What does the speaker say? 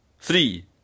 Three